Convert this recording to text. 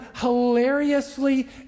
hilariously